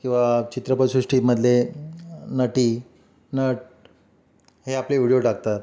किंवा चित्रपसृष्टीमधले नटी नट हे आपले व्हिडिओ टाकतात